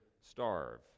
starve